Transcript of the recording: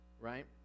right